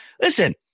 listen